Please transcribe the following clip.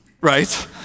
right